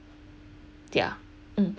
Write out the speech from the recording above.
ya mm